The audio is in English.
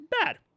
Bad